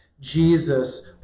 Jesus